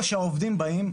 או שהעובדים באים,